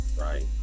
Right